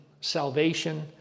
salvation